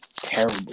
terrible